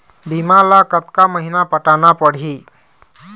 बीमा ला कतका महीना पटाना पड़ही?